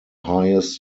highest